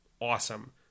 awesome